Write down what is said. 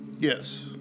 Yes